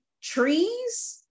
trees